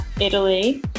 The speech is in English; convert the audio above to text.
Italy